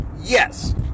Yes